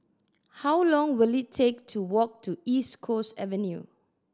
how long will it take to walk to East Coast Avenue